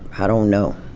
i don't know.